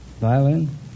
Violin